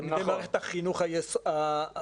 תלמידי מערכת החינוך חובה,